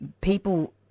people